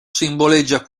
simboleggia